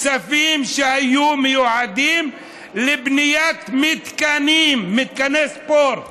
כספים שהיו מיועדים לבניית מתקנים, מתקני ספורט,